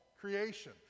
creation